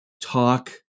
talk